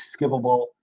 skippable